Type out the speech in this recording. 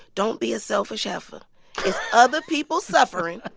don't be a selfish heifer. there's other people suffering.